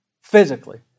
Physically